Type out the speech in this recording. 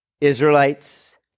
Israelites